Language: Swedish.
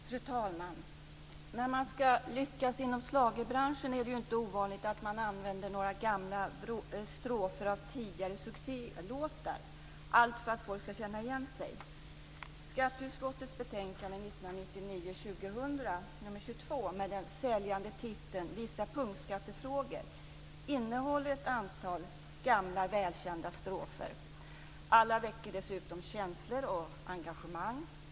Fru talman! När man ska lyckas inom schlagerbranschen är det inte ovanligt att man använder några gamla strofer av tidigare succélåtar - allt för att folk ska känna igen sig. Skatteutskottets betänkande 1999/2000:22 med den säljande titeln Vissa punktskattefrågor innehåller ett antal gamla välkända strofer. Alla väcker dessutom känslor och engagemang.